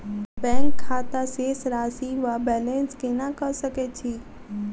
Bank खाता शेष राशि वा बैलेंस केना कऽ सकय छी?